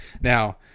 Now